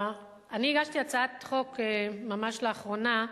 אני הגשתי הצעת חוק, ממש לאחרונה,